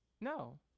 No